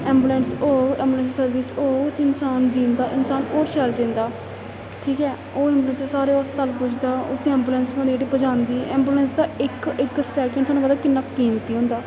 ambulance होग ambulance service होग ते इंसान जींदा इंसान हो शैल जींदा ठीक ऐ ओह् ऐंबुलेंस सारे अस्पताल पुजदा उसी ऐंबुलेंस होंद जेह्ड़ी पजांदी ऐंबुलेंस दा इक सकेंड सानू पता किन्ना कीमती होंदा